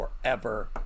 forever